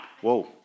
Whoa